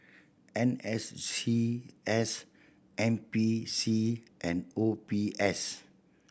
N S C S N P C and O B S